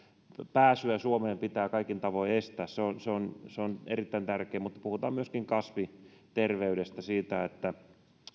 pääsyä suomeen pitää kaikin tavoin estää se on se on erittäin tärkeää vaan puhutaan myöskin kasviterveydestä siitä että